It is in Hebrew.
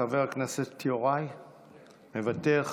חבר הכנסת יוראי, מוותר.